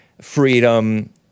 freedom